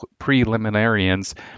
preliminarians